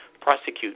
prosecute